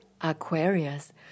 Aquarius